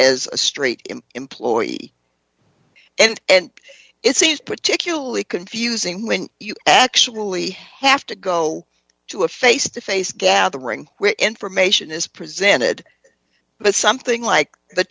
as a straight employee and it seems particularly confusing when you actually have to go to a face to face gathering where information is presented but something like the